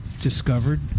discovered